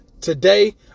today